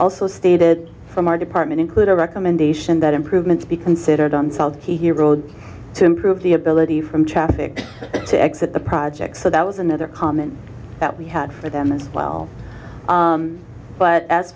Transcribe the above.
also stated from our department include a recommendation that improvements be consider themselves a hero to improve the ability from traffic to exit the project so that was another comment that we had for them as well but as